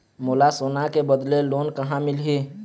मोला सोना के बदले लोन कहां मिलही?